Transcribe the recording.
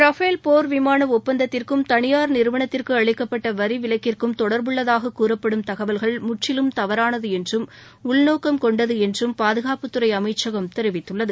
Rafale போர் விமானஒப்பந்தத்திற்கும் தனியார் நிறுவனத்திற்குஅளிக்கப்பட்டவரிவிலக்கிற்கும் தொடர்புள்ளதாககூறப்படும் தகவல்கள் முற்றிலும் தவறானதுஎன்றும் உள்நோக்கம் கொண்டதுஎன்றும் பாதுகாப்பு துறைஅமைச்சகம் தெரிவித்துள்ளது